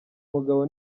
mugabo